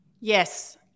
Yes